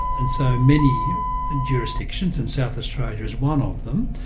and so many and jurisdictions, and south australia is one of them,